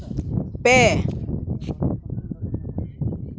ᱯᱮ